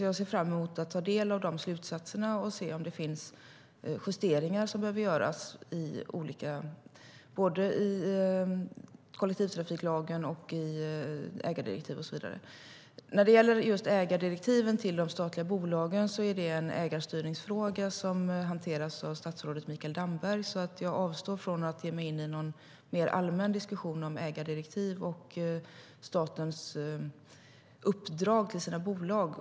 Jag ser fram emot att ta del av de slutsatserna och se om justeringar behöver göras, i kollektivtrafiklagen och ägardirektiv och så vidare. Just ägardirektiven till de statliga bolagen är en ägarstyrningsfråga som hanteras av statsrådet Mikael Damberg. Jag avstår därför från att ge mig in i en mer allmän diskussion om ägardirektiv och statens uppdrag till sina bolag.